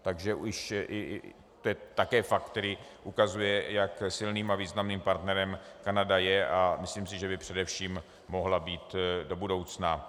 Takže už i to je fakt, který ukazuje, jak silným a významným partnerem Kanada je, a myslím si, že by především mohla být do budoucna.